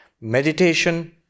meditation